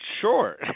sure